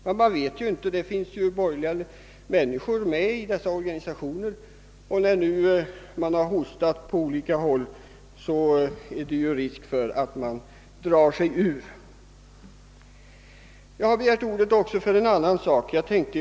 Man kan dock inte vara säker -— det finns ju borgerliga människor med i dessa organisationer, och när man nu har »hostat» på olika håll är det ju risk för att de drar sig ur kommittén. Jag har begärt ordet också för en annan saks skull.